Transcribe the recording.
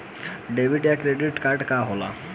Debit या credit card का होला?